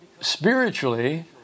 spiritually